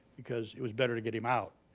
because it was better to get him out.